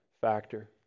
factor